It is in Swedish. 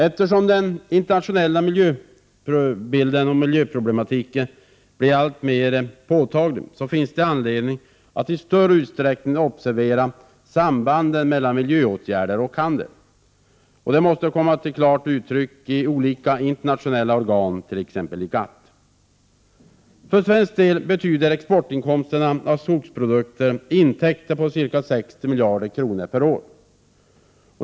Eftersom den internationella miljöproblematiken blir alltmera påtaglig, finns det anledning att i större utsträckning observera sambanden mellan miljöåtgärder och handel. Det måste komma till klart uttryck i olika internationella organ, t.ex. GATT. För svensk del betyder exportinkomsterna av skogsprodukter intäkter på ca 60 miljarder kronor.